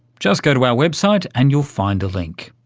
just go to our website and you'll find a link.